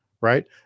Right